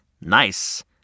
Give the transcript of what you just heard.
Nice